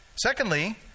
Secondly